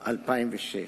2006,